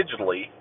digitally